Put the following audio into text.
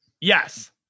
Yes